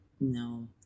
No